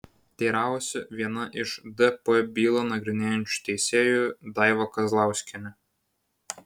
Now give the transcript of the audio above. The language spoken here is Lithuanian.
teiravosi viena iš dp bylą nagrinėjančių teisėjų daiva kazlauskienė